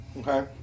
Okay